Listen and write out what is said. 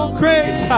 great